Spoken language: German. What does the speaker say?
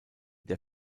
der